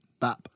Bap